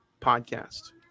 Podcast